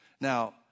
Now